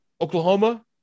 Oklahoma